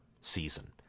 season